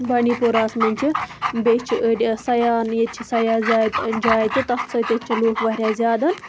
بانڈی پوراہَس مَنٛز چھِ بیٚیہِ چھِ أڈۍ سَیاح ییٚتہِ چھِ سَیاح زیادٕ جایہِ تہِ تتھ سۭتۍ تہِ چھِ لُکھ واریاہ زیادَن